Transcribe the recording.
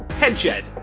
head shed.